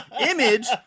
image